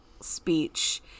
speech